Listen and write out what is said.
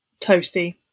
Toasty